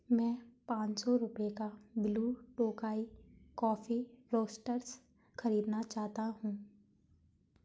मैं पाँच सौ रुपये का ब्लू टोकाई कॉफ़ी रोस्टर्स खरीदना चाहता हूँ